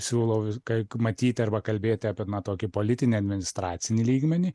siūlau kaik matyti arba kalbėti apie tokį politinį administracinį lygmenį